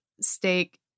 steak